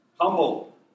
Humble